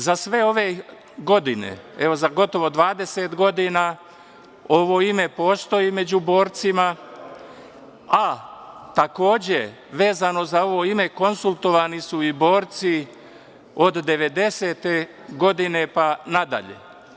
Za sve ove godine, evo za gotovo 20 godina, ovo ime postoji među borcima, a takođe vezano za ovo ime, konsultovani su i borci od 1990. godine pa nadalje.